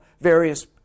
various